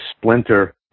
splinter